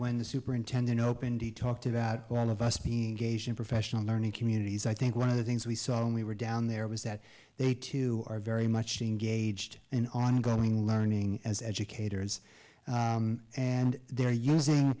when the superintendent opened he talked about all of us being a geisha in professional learning communities i think one of the things we saw when we were down there was that they too are very much engaged in ongoing learning as educators and they're using